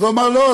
הוא אמר: לא,